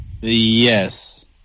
Yes